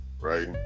right